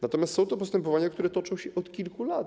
Natomiast są to postępowania, które toczą się od kilku lat.